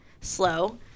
slow